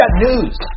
news